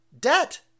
debt